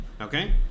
Okay